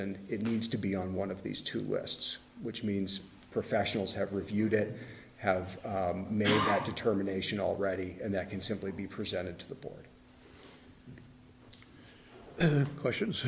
and it needs to be on one of these two lists which means professionals have reviewed it have made a determination already and that can simply be presented to the board